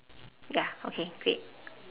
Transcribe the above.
ya okay great